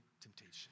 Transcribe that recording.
temptation